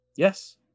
yes